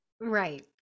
Right